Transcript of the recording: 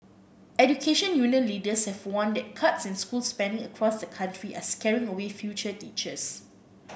education union leaders have warned that cuts in school spending across the country are scaring away future teachers